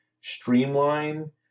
streamline